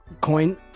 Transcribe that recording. coin